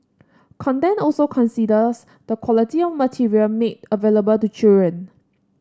content also considers the quality of material made available to children